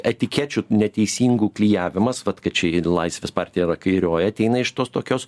etikečių neteisingų klijavimas vat kad ši laisvės partija yra kairioji ateina iš tos tokios